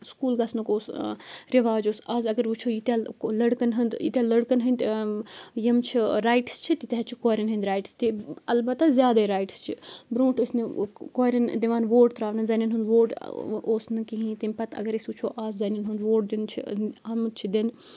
school گژھنُک اوس رِواج اوس اَز اگر وٕچھو ییٖتیٛاہ لٔڑکَن ہُنٛد ییٖتیٛاہ لٔڑکَن ہٕنٛدۍ یِم چھِ رایٹٕس چھِ تیٖتیٛاہ چھِ کورٮ۪ن ہِنٛدۍ رایٹٕس تہِ البتہ زیادَے رایٹٕس چھِ برونٛٹھ ٲسۍ نہٕ کورٮ۪ن دِوان ووٹ ترٛاونہٕ زَنٮ۪ن ہُنٛد ووٹ اوس نہٕ کِہیٖنۍ تَمہِ پَتہٕ اگر أسۍ وٕچھو اَز زَنٮ۪ن ہُنٛد ووٹ دیُن چھِ آمُت چھِ دِنہٕ